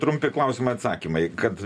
trumpi klausimai atsakymai kad